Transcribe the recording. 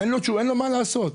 אין לו מה לעשות,